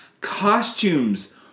costumes